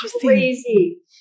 crazy